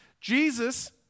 Jesus